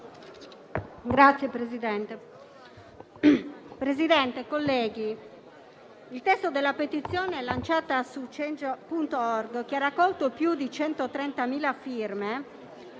Signor Presidente, onorevoli colleghi, il testo della petizione lanciata su Change.org, che ha raccolto più di 130.000 firme,